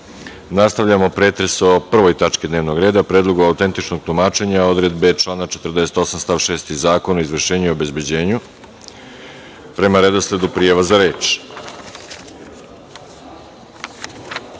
Obradović. Nastavljamo pretres o Prvoj tački dnevnog reda – Predlogu autentičnog tumačenja odredbe člana 48. stav 6. Zakona o izvršenju i obezbeđenju prema redosledu prijava za reč. Reč